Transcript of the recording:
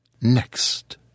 Next